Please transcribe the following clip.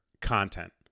content